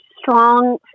strong